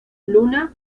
luna